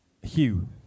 Hugh